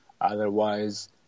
otherwise